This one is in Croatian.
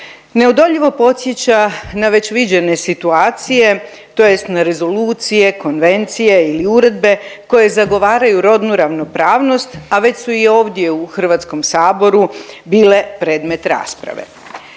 neodoljivo podsjeća na već viđene situacije, tj. na rezolucije, konvencije i uredbe koje zagovaraju rodnu ravnopravnost, a već su i ovdje u HS-u bile predmet rasprave.